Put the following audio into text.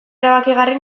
erabakigarri